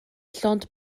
llond